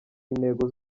intego